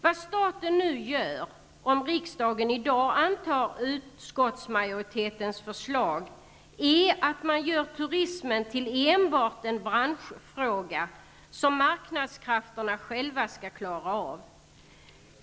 Vad staten nu gör -- om riksdagen i dag antar utskottsmajoritetens förslag -- är att man gör turismen till enbart en branschfråga, som marknadskrafterna själva skall klara.